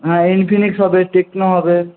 হ্যাঁ ইনফিনিক্স হবে টেকনো হবে